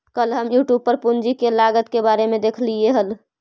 कल हम यूट्यूब पर पूंजी के लागत के बारे में देखालियइ हल